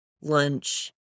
lunch